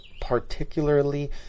particularly